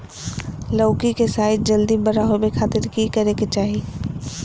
लौकी के साइज जल्दी बड़ा होबे खातिर की करे के चाही?